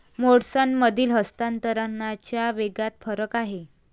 मोड्समधील हस्तांतरणाच्या वेगात फरक आहे